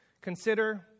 Consider